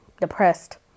depressed